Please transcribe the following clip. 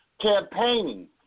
campaigning